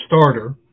starter